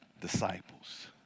disciples